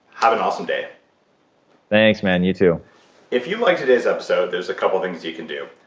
have an awesome day thanks, man. you too if you liked today's episode, there's a couple things you can do.